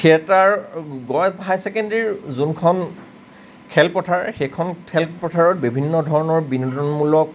theatre gov higher ছেকেণ্ডেৰিৰ যোনখন খেলপথাৰ সেইখন খেলপথাৰত বিভিন্ন ধৰণৰ বিনোদনমূলক